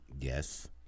Yes